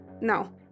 No